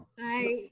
Hi